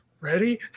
ready